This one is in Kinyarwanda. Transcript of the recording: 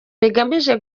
bigamije